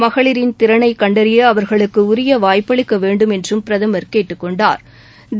மகளிரின் திறனை கண்டறிய அவாகளுக்கு உரிய வாய்ப்பளிக்க வேண்டும் என்றும் பிரதமா் கேட்டுக் கொண்டாா்